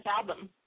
album